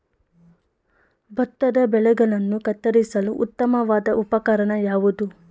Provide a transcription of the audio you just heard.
ಭತ್ತದ ಬೆಳೆಗಳನ್ನು ಕತ್ತರಿಸಲು ಉತ್ತಮವಾದ ಉಪಕರಣ ಯಾವುದು?